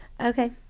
okay